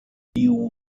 liu